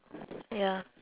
ya